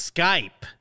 Skype